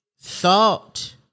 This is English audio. thought